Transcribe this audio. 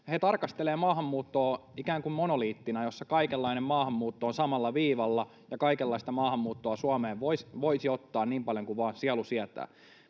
he tarkastelevat maahanmuuttoa ikään kuin monoliittina, jossa kaikenlainen maahanmuutto on samalla viivalla ja kaikenlaista maahanmuuttoa Suomeen voisi ottaa niin paljon kuin vain sielu sietää.